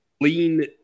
lean –